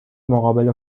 مقابل